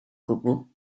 gwbl